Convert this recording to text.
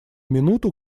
минуту